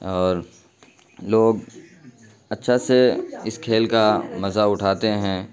اور لوگ اچھا سے اس کھیل کا مزہ اٹھاتے ہیں